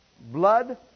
blood